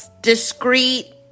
discreet